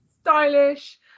stylish